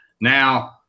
now